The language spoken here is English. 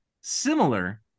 Similar